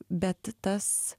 bet tas